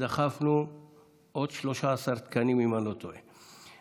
ודחפנו עוד 13 תקנים, אם אני לא טועה.